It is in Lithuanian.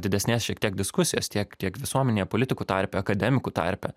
didesnės šiek tiek diskusijos tiek tiek visuomenėje politikų tarpe akademikų tarpe